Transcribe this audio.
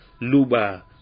luba